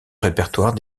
répertoire